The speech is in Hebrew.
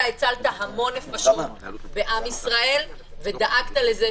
אתה הצלת המון נפשות בעם ישראל ודאגת לזה